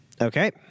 Okay